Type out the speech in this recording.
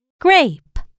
grape